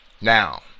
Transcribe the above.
Now